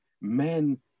men